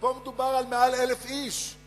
אבל פה מדובר על מעל 1,000 איש,